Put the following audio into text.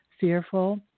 fearful